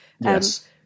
Yes